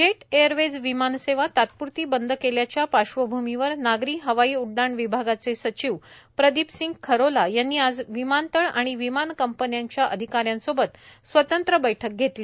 jet Airways विमानसेवा तात्प्रती बंद केल्याच्या पार्श्वभूमीवर नागरी हवाई उड्डाण विभागाचे सचिव प्रदीप सिंग खरोला यांनी आज विमानतळ आणि विमान कंपन्यांच्या अधिकाऱ्यांसोबत स्वतंत्र बैठक घेतली